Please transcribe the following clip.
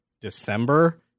December